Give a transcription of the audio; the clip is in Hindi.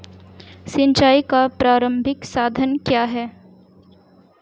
सिंचाई का प्रारंभिक साधन क्या है?